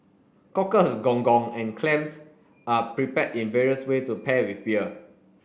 cockles gong gong and clams are prepared in various way to pair with beer